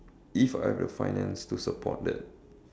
if I have the finance to support that